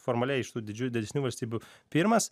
formaliai iš tų didžių didesnių valstybių pirmas